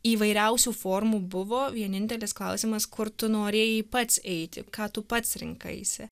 įvairiausių formų buvo vienintelis klausimas kur tu norėjai pats eiti ką tu pats rinkaisi